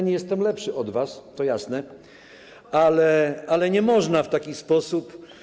Nie jestem lepszy od was, to jasne, ale nie można w taki sposób.